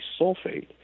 sulfate